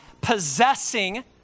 possessing